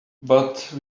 but